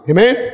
Amen